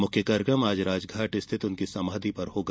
मुख्य कार्यक्रम आज राजघाट स्थित उनकी समाधि पर होगा